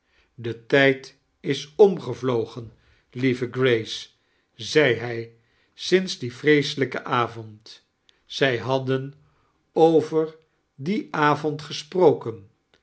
de tdjd is ccngevlogen lieve grace zed hij sinds dien vreeselijken avond zij hadden over dden avond gesproken